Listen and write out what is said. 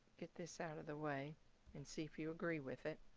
get this out of the way and see if you agree with it.